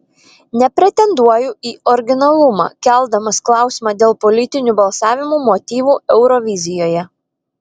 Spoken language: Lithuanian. nepretenduoju į originalumą keldamas klausimą dėl politinių balsavimo motyvų eurovizijoje